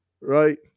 Right